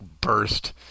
burst